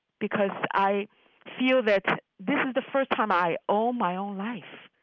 because i feel that this is the first time i own my own life.